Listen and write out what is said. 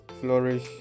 flourish